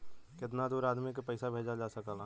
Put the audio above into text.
कितना दूर आदमी के पैसा भेजल जा सकला?